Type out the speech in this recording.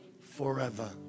forever